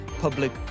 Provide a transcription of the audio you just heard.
Public